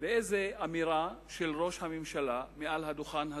אנחנו רגילים לאיזו אמירה של ראש הממשלה מעל הדוכן הזה,